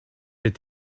did